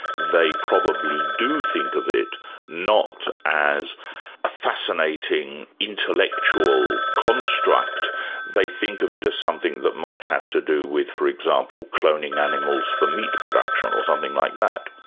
they probably do think of it not as a fascinating intellectual construct they think of it as something that might have to do with for example, cloning animals for meat production or something like that.